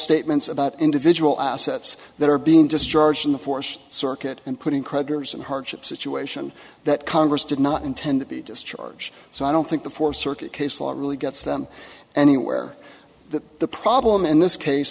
statements about individual assets that are being discharged in the fourth circuit and putting creditors and hardship situation that congress did not intend the discharge so i don't think the fourth circuit case law really gets them anywhere that the problem in this case